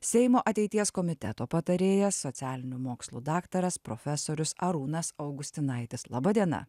seimo ateities komiteto patarėjas socialinių mokslų daktaras profesorius arūnas augustinaitis laba diena